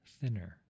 thinner